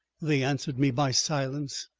they answered me by silence,